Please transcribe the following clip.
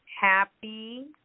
Happy